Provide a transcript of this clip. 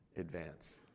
advance